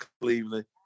Cleveland